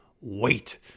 wait